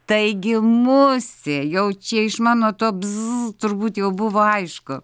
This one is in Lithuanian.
taigi musė jau čia iš mano to biz turbūt jau buvo aišku